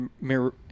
mirror